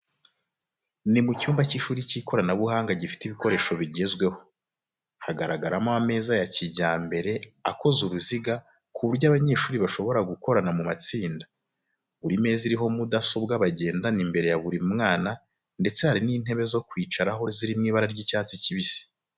Ni mu cyumba cy’ishuri cy’ikoranabuhanga gifite ibikoresho bigezweho. Haragaragaramo ameza ya kijyambere akoze uruziga, ku buryo abanyeshuri bashobora gukorana mu matsinda. Buri meza iriho mudasobwa bagendana imbere ya buri mwana ndetse hari n'intebe zo kwicaraho ziri mu ibara ry'icyatsi kibisi.